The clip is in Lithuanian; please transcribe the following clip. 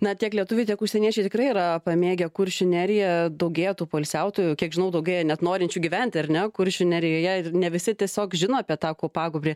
na tiek lietuviai tiek užsieniečiai tikrai yra pamėgę kuršių neriją daugėja tų poilsiautojų kiek žinau daugėja net norinčių gyventi ar ne kuršių nerijoje ir ne visi tiesiog žino apie tą kopagūbrį